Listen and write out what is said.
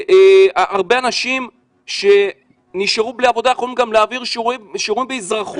הרבה אנשים שנשארו בלי עבודה יכולים גם להעביר שיעורים באזרחות.